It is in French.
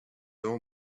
avons